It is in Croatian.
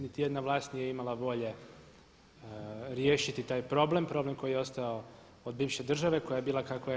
Nitijedna vlast nije imala volje riješiti taj problem, problem koji je ostao od bivše države koja je bila kakva je